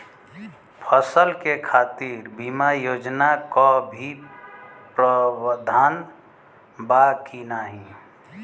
फसल के खातीर बिमा योजना क भी प्रवाधान बा की नाही?